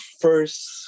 first